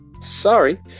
Sorry